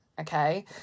okay